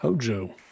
Hojo